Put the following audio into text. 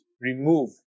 remove